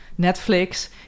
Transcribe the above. Netflix